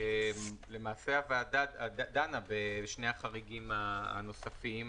למעשה, הוועדה דנה בשני החריגים הנוספים.